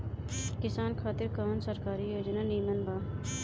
किसान खातिर कवन सरकारी योजना नीमन बा?